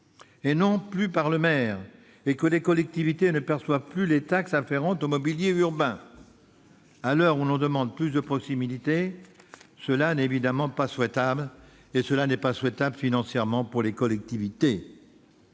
et non plus par le maire, et que les collectivités ne perçoivent plus les taxes afférentes au mobilier urbain. À l'heure où l'on demande plus de proximité, cela n'est évidemment pas souhaitable, et cela n'est financièrement pas envisageable pour les collectivités.